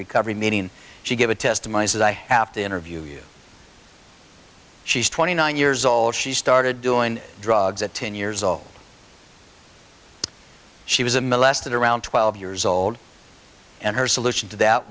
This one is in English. recovery meeting she gave a testimony that i have to interview you she's twenty nine years old she started doing drugs at ten years old she was a molested around twelve years old and her solution to that